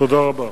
תודה רבה.